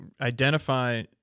identify